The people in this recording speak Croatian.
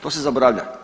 To se zaboravlja.